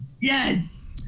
Yes